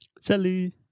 Salut